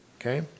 okay